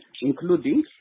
including